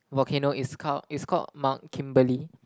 volcano it's called it's called Mount Kimberly